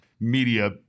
media